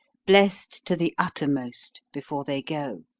blest to the uttermost before they go.